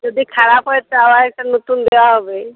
যদি খারাপ হয় তাও আরেকটা নতুন দেওয়া হবে